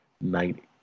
night